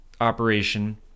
operation